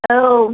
औ